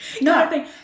No